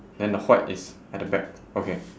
then the white is at the back okay